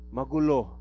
Magulo